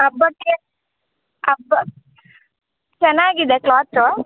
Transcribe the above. ಹಬ್ಬಕ್ಕೆ ಹಬ್ಬ ಚೆನ್ನಾಗಿ ಇದೆ ಕ್ಲಾತು